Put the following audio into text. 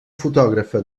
fotògrafa